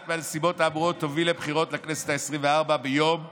תוביל לבחירות לכנסת העשרים-וארבע ביום י'